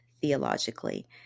theologically